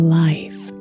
life